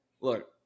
Look